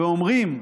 אומרים: